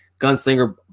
gunslinger